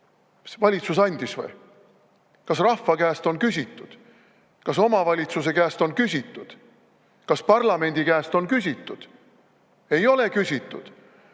Valitsus andis või? Kas rahva käest on küsitud, kas omavalitsuse käest on küsitud, kas parlamendi käest on küsitud? Ei ole küsitud.